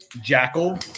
jackal